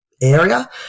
area